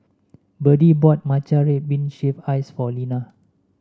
Berdie bought Matcha Red Bean Shaved Ice for Lina